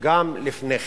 גם לפני כן,